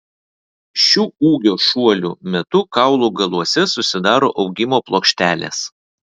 šių ūgio šuolių metu kaulų galuose susidaro augimo plokštelės